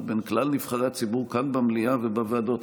בין כלל נבחרי הציבור כאן במליאה ובוועדות.